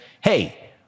hey